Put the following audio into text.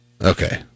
Okay